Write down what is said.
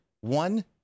one